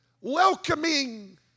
welcoming